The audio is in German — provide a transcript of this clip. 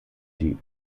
die